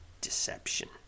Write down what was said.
deception